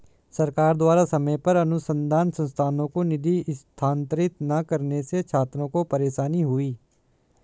सरकार द्वारा समय पर अनुसन्धान संस्थानों को निधि स्थानांतरित न करने से छात्रों को परेशानी हुई